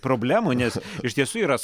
problemų nes iš tiesų yra s